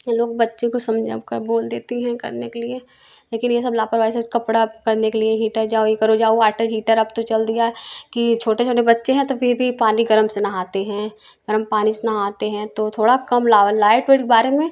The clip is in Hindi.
लोग बच्चे को समझाकर बोल देती हैं करने के लिए लेकिन ये सब लापरवाही से कपड़ा करने के लिए हीटर जाओ ये करो जाओ वाटर हीटर अब तो चल दिया है कि छोटे छोटे बच्चे है तो फिर भी पानी गर्म से नहाते हैं गरम पानी से नहाते हैं तो थोड़ा कम लाओ लाइट ओइट के बारे में